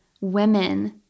women